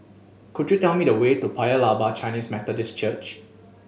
could you tell me the way to Paya Lebar Chinese Methodist Church